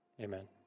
Amen